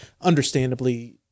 understandably